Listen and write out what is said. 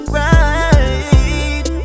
right